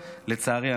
לצערי,